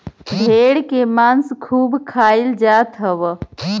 भेड़ के मांस खूब खाईल जात हव